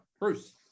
Bruce